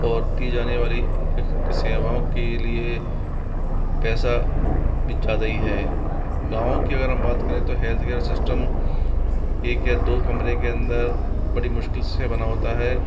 और दी जाने वाली सेवाओं के लिए पैसा भी ज़्यादा ही है गाँव की अगर हम बात करें तो हेल्थ केयर सिस्टम एक या दो कमरे के अंदर बड़ी मुश्किल से बना होता है